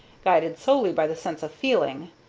guided solely by the sense of feeling,